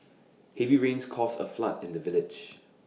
heavy rains caused A flood in the village